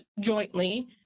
jointly